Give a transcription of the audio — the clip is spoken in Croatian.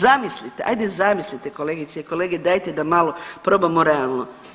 Zamislite, ajde zamislite kolegice i kolege, dajte da malo probamo realno.